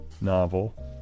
novel